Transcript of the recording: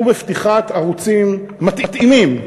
ובפתיחת ערוצים מתאימים,